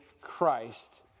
Christ